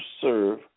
serve